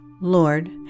Lord